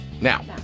now